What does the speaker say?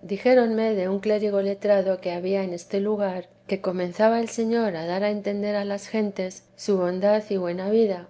todo dijéronme de un clérigo letrado que había en este lugar que comenzaba el señor a dar a entender a las teresa di gentes su bondad y buena vida